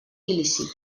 il·lícit